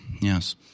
Yes